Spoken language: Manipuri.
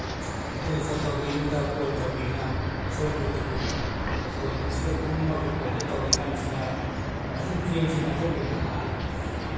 ꯇꯦꯂꯤꯐꯣꯟ ꯇꯧꯒꯦ ꯌꯨꯝꯗ ꯀꯣꯜ ꯇꯧꯒꯦꯅ ꯐꯣꯟ ꯕꯨꯠꯇꯥ ꯀꯨꯝꯕ ꯑꯗꯣ ꯐꯣꯟ ꯕꯨꯠꯁꯤꯗ ꯀꯨꯝꯃꯒ ꯐꯣꯟꯁꯤ ꯇꯧꯔꯤꯀꯥꯟꯁꯤꯗ ꯇ꯭ꯔꯦꯟꯁꯤ ꯅꯥꯟꯊꯣꯛꯈꯤꯕꯅ ꯍꯥꯜꯂꯦ